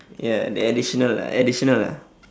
ya the additional lah additional lah